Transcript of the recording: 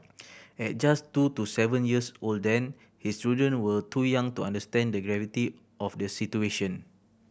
at just two to seven years old then his children were too young to understand the gravity of the situation